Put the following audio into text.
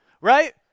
Right